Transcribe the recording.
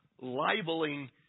libeling